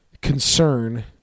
concern